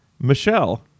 Michelle